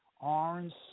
orange